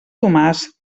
tomàs